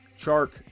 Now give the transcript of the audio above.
Chark